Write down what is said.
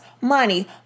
money